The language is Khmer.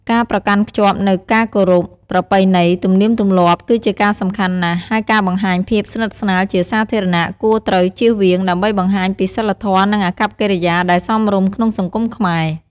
ការប្រកាន់ខ្ជាប់នូវការគោរព ប្រពៃណី ទំនៀមទម្លាប់គឺជាការសំខាន់ណាស់់ ហើយការបង្ហាញភាពស្និទ្ធស្នាលជាសាធារណៈគួរត្រូវជៀសវាង ដើម្បីបង្ហាញពីសីលធម៍ និងអាកប្បកិរិយាដែលសមរម្យក្នុងសង្គមខ្មែរ។